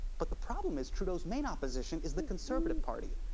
but the problem is trudeau's main opposition is the conservative party,